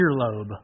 earlobe